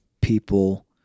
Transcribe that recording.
people